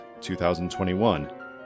2021